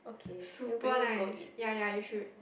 super nice ya ya you should